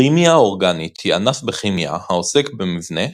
כימיה אורגנית היא ענף בכימיה העוסק במבנה,